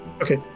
Okay